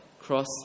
cross